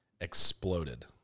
exploded